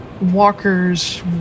Walkers